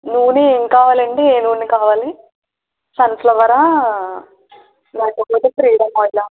నూనె ఏం కావాలండీ ఏ నూనె కావాలి సన్ఫ్లవరా లేకపోతే ఫ్రీడమ్ ఆయిలా